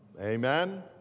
Amen